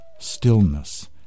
Stillness